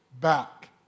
back